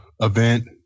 event